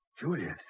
Julius